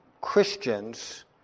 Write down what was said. Christians